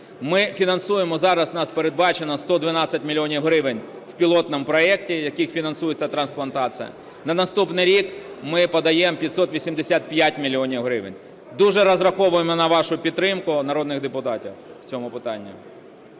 Ми фінансуємо, зараз у нас передбачено 112 мільйонів гривень в пілотному проекті, якими фінансується трансплантація. На наступний рік ми подаємо 585 мільйонів гривень. Дуже розраховуємо на вашу підтримку, народних депутатів, у цьому питанні.